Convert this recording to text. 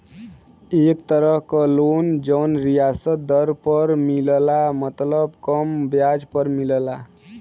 एक तरह क लोन जौन रियायत दर पर मिलला मतलब कम ब्याज पर मिलला